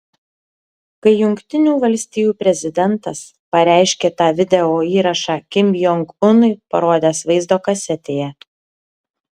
kai jungtinių valstijų prezidentas pareiškė tą videoįrašą kim jong unui parodęs vaizdo kasetėje